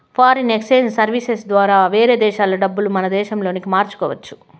foreign exchange services ద్వారా వేరే దేశాల డబ్బులు మన దేశంలోకి మార్చుకోవచ్చు